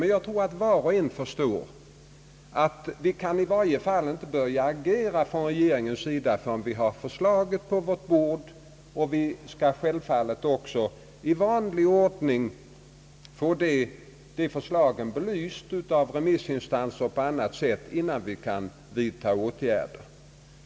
Men jag tror att var och en förstår, att regeringen i varje fall inte kan börja agera förrän vi har utredningens förslag på vårt bord. Självfallet skall detta förslag också i vanlig ordning belysas av remissinstanser och på annat sätt innan vi kan vidta åtgärder.